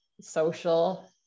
social